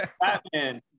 Batman